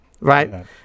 Right